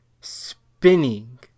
spinning